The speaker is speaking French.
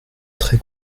très